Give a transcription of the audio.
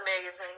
Amazing